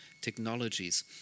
technologies